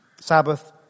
Sabbath